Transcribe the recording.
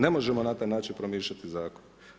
Ne možemo na taj način promišljati zakon.